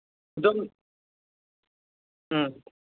ꯑꯗꯨꯝ ꯎꯝ